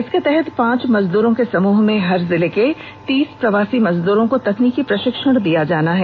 इसके तहत पांच मजदूरों के समूह में हर जिले के तीस प्रवासी मजदूरो को तकनीकी प्रशिक्षण दिया जाएगा